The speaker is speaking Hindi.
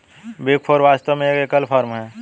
बिग फोर वास्तव में एक एकल फर्म है